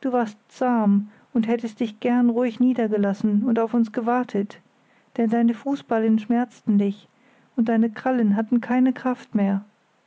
du warst zahm und hättest dich gern ruhig niedergelassen und auf uns gewartet denn deine fußballen schmerzten dich und deine krallen hatten keine kraft mehr